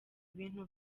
ibintu